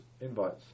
invites